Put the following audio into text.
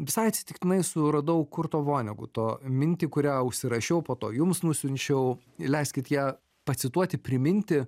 visai atsitiktinai suradau kurto voneguto mintį kurią užsirašiau po to jums nusiunčiau leiskit ją pacituoti priminti